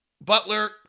Butler